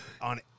on